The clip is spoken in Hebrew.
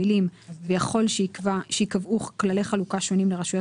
המילים "ויכול שייקבעו כללי חלוקה שונים לרשויות